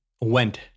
went